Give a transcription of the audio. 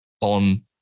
on